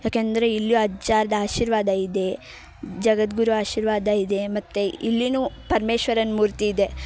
ಯಾಕೆಂದರೆ ಇಲ್ಲಿ ಅಜ್ಜಾರ್ದು ಆಶೀರ್ವಾದ ಇದೆ ಜಗದ್ಗುರು ಆಶೀರ್ವಾದವಿದೆ ಮತ್ತು ಇಲ್ಲಿಯೂ ಪರ್ಮೇಶ್ವರನ ಮೂರ್ತಿ ಇದೆ